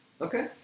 Okay